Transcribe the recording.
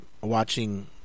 Watching